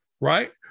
Right